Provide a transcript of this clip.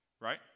right